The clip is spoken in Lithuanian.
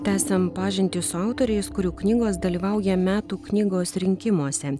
tęsiam pažintį su autoriais kurių knygos dalyvauja metų knygos rinkimuose